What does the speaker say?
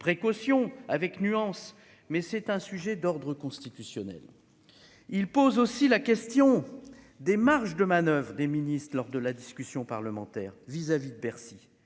précaution, avec nuance mais c'est un sujet d'ordre constitutionnel, il pose aussi la question des marges de manoeuvre des ministres lors de la discussion parlementaire vis-à-vis de Bercy,